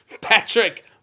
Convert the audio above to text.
Patrick